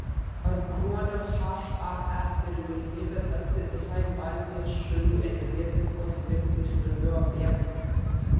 ar kruonio hae turi galimybę tapti visai baltijos šalių energetikos rinkai svarbiu objektu